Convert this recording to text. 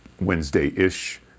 wednesday-ish